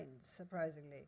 surprisingly